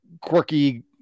quirky